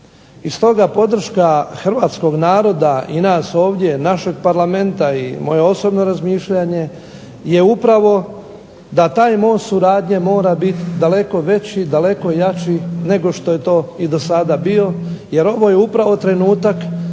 i stoga podrška nas ovdje i našeg parlamenta i moje osobno razmišljanje je upravo da taj most suradnje mora biti daleko veći, daleko jači nego što je to do sada bio, jer ovo je upravo trenutak